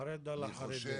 החרד על החרדים.